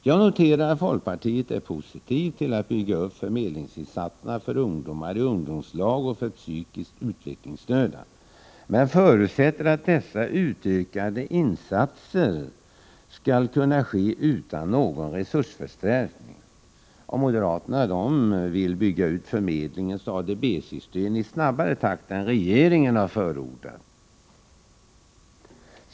Jag noterar att folkpartiet är positivt till att bygga ut förmedlingsinsatserna för ungdomar i ungdomslagen och för psykiskt utvecklingsstörda, men förutsätter att dessa utökade insatser skall kunna ske utan någon resursförstärkning. Moderaterna vill bygga ut förmedlingens ADB-system i snabbare takt än regeringen har förordat.